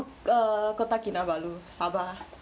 go kota kinabalu sabah